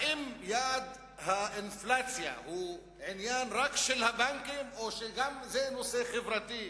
האם יעד האינפלציה הוא רק עניין של הבנקים או שזה גם נושא חברתי?